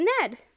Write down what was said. Ned